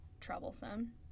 troublesome